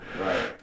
Right